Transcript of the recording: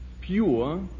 pure